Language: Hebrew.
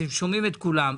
אתם שומעים את כולם,